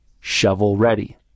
shovel-ready